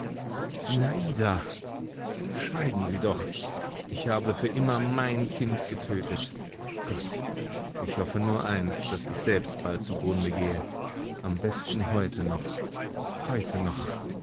sinada schweigen sie doch ich habe für immer mein kind getötet gott ich hoffe nur eins daß ich selbst bald zugrunde gehe am besten heute noch heute noch